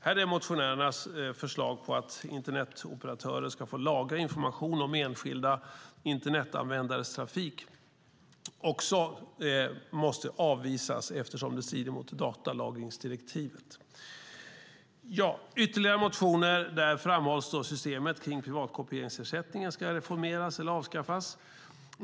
Här är motionärernas förslag att internetoperatörer ska få lagra information om enskilda internetanvändares trafik. Det måste också avvisas eftersom det strider mot datalagringsdirektivet. I ytterligare motioner framhålls systemet kring privatkopieringsersättningen och om det ska reformeras eller avskaffas.